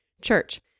church